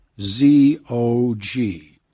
Z-O-G